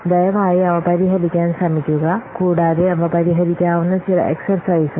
ദയവായി അവ പരിഹരിക്കാൻ ശ്രമിക്കുക കൂടാതെ അവ പരിഹരിക്കാവുന്ന ചില എക്സെർസൈസും